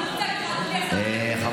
אני רוצה להגיד לך,